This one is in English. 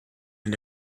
end